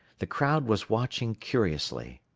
the crowd was watching curiously.